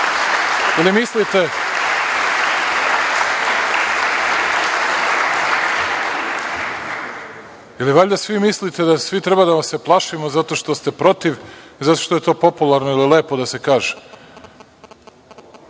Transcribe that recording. uradili. Ili, valjda svi mislite da svi treba da vas se plašimo zato što ste protiv i zato što je to popularno ili lepo da se